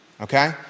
Okay